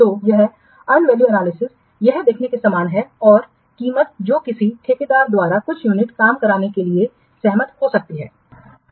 तो यह earned value analysis यह देखने के समान है और कीमत जो किसी ठेकेदार द्वारा कुछ यूनिट काम करने के लिए सहमत हो सकती है